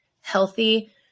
healthy